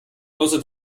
außer